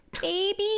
Baby